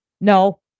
No